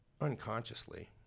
Unconsciously